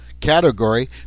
category